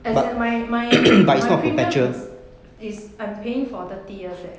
as in like my my my premium is is I'm paying for thirty years leh